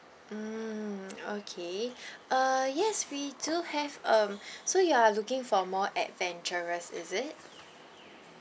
mm okay uh yes we do have um so you are looking for more adventurous is it